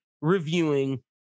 reviewing